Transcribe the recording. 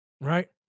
Right